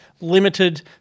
Limited